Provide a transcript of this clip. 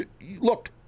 look